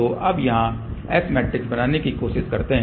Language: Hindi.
तो अब यहां S मैट्रिक्स बनाने की कोशिश करते हैं